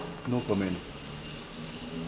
no comment